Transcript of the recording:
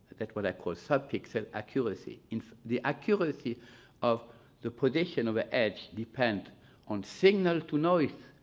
that's what i call subpixel accuracy. if the accuracy of the position of a edge depends on signal to noise